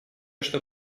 что